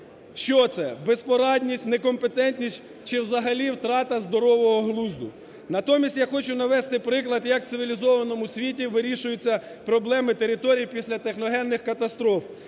що це – безпорадність, некомпетентність чи взагалі втрата здорового глузду. Натомість я хочу навести приклад як в цивілізованому світі вирішуються проблеми території після техногенних катастроф.